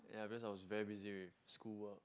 yeah because I was very busy with school work